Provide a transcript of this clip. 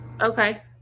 Okay